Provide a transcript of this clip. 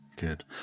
Good